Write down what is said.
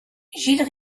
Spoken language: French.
gilles